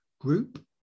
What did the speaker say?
group